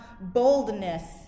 boldness